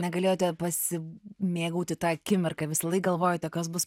negalėjote pasimėgauti ta akimirka visąlaik galvojote kas bus